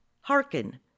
Hearken